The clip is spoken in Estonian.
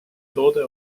toode